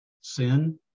sin